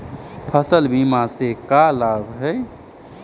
फसल बीमा से का लाभ है?